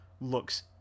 looks